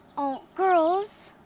oh, girls,